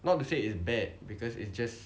not to say is bad because it's just